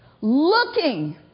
looking